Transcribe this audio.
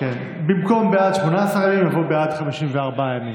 במקום "בעד 18 ימים" יבוא "בעד 54 ימים".